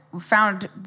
found